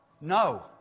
No